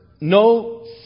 no